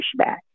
pushback